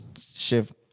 shift